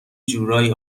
جورایی